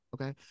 okay